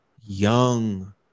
young